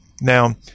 now